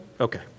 Okay